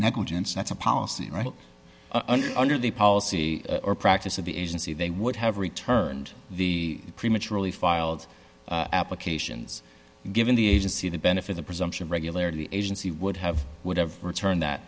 negligence that's a policy right under the policy or practice of the agency they would have returned the prematurely filed applications and given the agency the benefit the presumption regularity the agency would have would have returned that